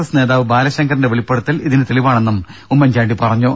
S നേതാവ് ബാലശങ്കറിന്റെ വെളിപ്പെടുത്തൽ ഇതിന് തെളിവാണെന്നും അദ്ദേഹം പറഞ്ഞു